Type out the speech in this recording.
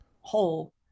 whole